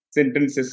sentences